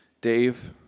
Dave